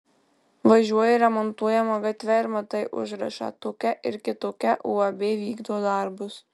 važiuoji remontuojama gatve ir matai užrašą tokia ar kitokia uab vykdo darbus